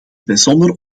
bijzonder